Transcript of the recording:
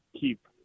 keep